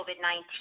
COVID-19